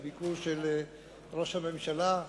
לביקור של ראש הממשלה.